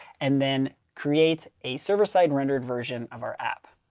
and then create a server side rendered version of our app.